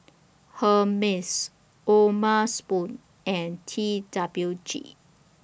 Hermes O'ma Spoon and T W G